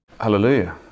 Hallelujah